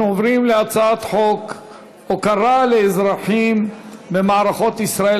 אנחנו עוברים להצעת חוק הוקרה לאזרחים במערכות ישראל,